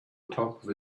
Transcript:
atop